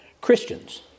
Christians